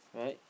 right